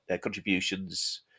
contributions